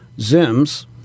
Zim's